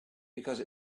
because